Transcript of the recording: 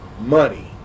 money